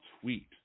tweet